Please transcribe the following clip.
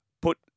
Put